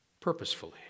Purposefully